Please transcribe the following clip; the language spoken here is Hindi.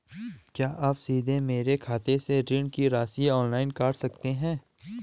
क्या आप सीधे मेरे खाते से ऋण की राशि ऑनलाइन काट सकते हैं?